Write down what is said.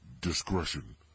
Discretion